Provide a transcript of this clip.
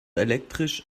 elektrisch